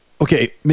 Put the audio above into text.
okay